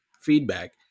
feedback